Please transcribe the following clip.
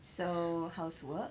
so how's work